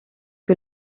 que